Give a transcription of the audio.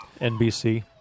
NBC